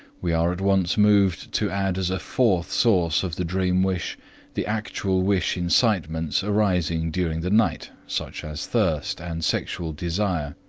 we are at once moved to add as a fourth source of the dream-wish the actual wish incitements arising during the night, such as thirst and sexual desire.